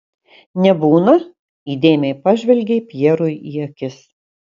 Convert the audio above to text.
nebūna įdėmiai pažvelgei pjerui į akis